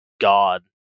God